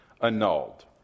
annulled